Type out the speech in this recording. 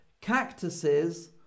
cactuses